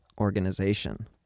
organization